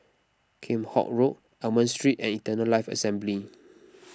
Kheam Hock Road Almond Street and Eternal Life Assembly